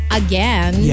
again